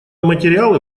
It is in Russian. материалы